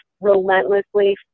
relentlessly